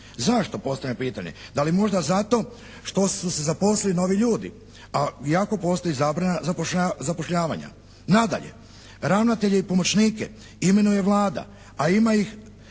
Zašto? Postavljam pitanje. Da li možda zato što su se zaposlili novi ljudi iako postoji zabrana zapošljavanja. Nadalje ravnatelje i pomoćnike imenuje Vlada a ima ih